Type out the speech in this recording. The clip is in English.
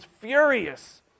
furious